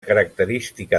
característica